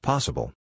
Possible